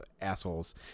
assholes